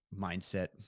mindset